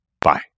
Bye